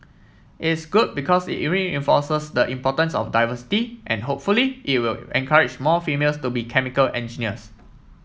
it's good because it reinforces the importance of diversity and hopefully it will encourage more females to be chemical engineers